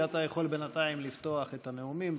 הכנסת שמולי, אתה יכול בינתיים לפתוח את הנאומים.